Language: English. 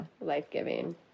life-giving